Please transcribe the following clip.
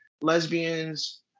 lesbians